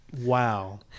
wow